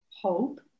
hope